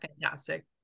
fantastic